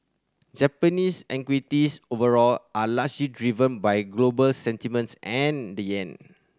Japanese equities overall are largely driven by global sentiments and the yen